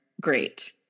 great